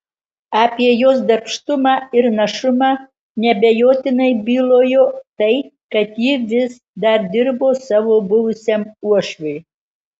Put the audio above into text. apie jos darbštumą ir našumą neabejotinai bylojo tai kad ji vis dar dirbo savo buvusiam uošviui